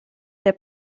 der